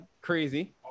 crazy